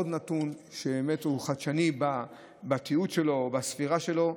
עוד נתון שבאמת הוא חדשני בתיעוד שלו או בספירה שלו,